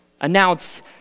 announce